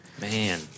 Man